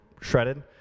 shredded